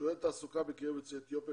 שיעורי התעסוקה בקרב יוצאי אתיופיה,